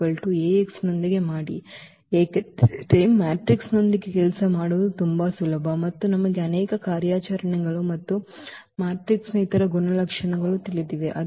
ನೊಂದಿಗೆ ಮಾಡಿ ಏಕೆಂದರೆ ಮ್ಯಾಟ್ರಿಕ್ಸ್ನೊಂದಿಗೆ ಕೆಲಸ ಮಾಡುವುದು ತುಂಬಾ ಸುಲಭ ಮತ್ತು ನಮಗೆ ಅನೇಕ ಕಾರ್ಯಾಚರಣೆಗಳು ಮತ್ತು ಮ್ಯಾಟ್ರಿಕ್ಸ್ನ ಇತರ ಗುಣಲಕ್ಷಣಗಳು ತಿಳಿದಿವೆ